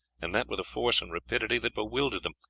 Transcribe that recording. and that with a force and rapidity that bewildered them.